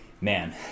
man